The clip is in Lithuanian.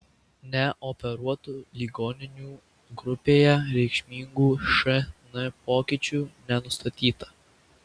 neoperuotų ligonių grupėje reikšmingų šn pokyčių nenustatyta